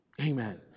Amen